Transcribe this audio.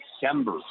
December